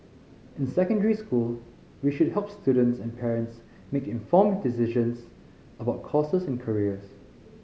in secondary school we should help students and parents make informed decisions about courses and careers